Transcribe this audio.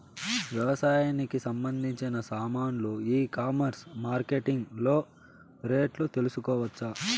వ్యవసాయానికి సంబంధించిన సామాన్లు ఈ కామర్స్ మార్కెటింగ్ లో రేట్లు తెలుసుకోవచ్చా?